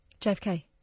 JFK